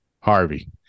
Harvey